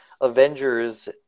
Avengers